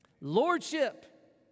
Lordship